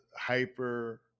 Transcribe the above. hyper